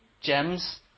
gems